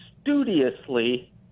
studiously